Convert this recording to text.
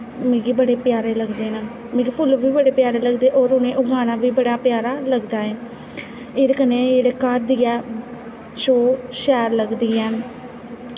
ओह् मिगी बड़े प्यारे लगदे नै मिगी फुल्ल बी बड़े प्यारे लगदे न होर उ'नें गी उगाना बी बड़ा प्यारा लगदा ऐ एह्दै कन्नै जेह्ड़ी घर दी ऐ शो शैल लगदी ऐ